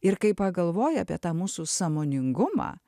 ir kai pagalvoji apie tą mūsų sąmoningumą